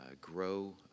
grow